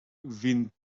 vint